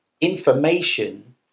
information